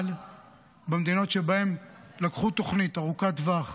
אבל במדינות שבהן לקחו תוכנית ארוכת טווח,